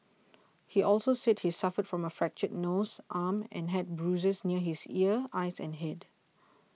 he also said he suffered from a fractured nose arm and had bruises near his ear eyes and head